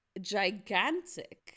gigantic